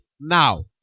now